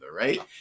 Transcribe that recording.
right